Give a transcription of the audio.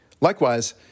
Likewise